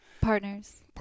Partners